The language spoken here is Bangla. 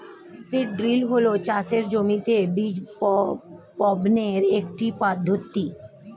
সিড ড্রিল হল চাষের জমিতে বীজ বপনের একটি পদ্ধতি